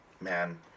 Man